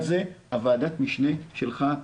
ועדת המשנה שלך,